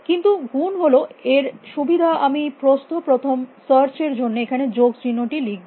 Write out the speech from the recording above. কিন্তু গুণ হলএর সুবিধা আমি প্রস্থ প্রথম সার্চ এর জন্য এখানে যোগ চিহ্নটি লিখব